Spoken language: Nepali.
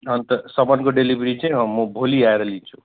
अन्त सामानको डेलिभरी चाहिँ अँ म भोलि आएर लिन्छु